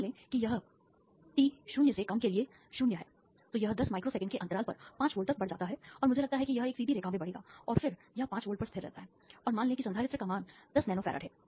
मान लें कि यह t 0 के लिए 0 है तो यह 10 माइक्रो सेकंड के अंतराल पर 5 वोल्ट तक बढ़ जाता है और मुझे लगता है कि यह एक सीधी रेखा में बढ़ेगा और फिर यह 5 वोल्ट पर स्थिर रहता है और मान लें कि संधारित्र का मान 10 नैनो फैराड है